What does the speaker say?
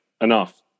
enough